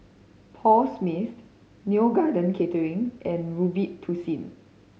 Paul Smith Neo Garden Catering and Robitussin